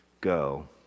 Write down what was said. Go